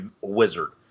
wizard